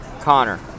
Connor